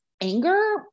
anger